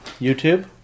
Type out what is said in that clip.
YouTube